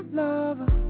lover